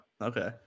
Okay